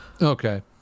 Okay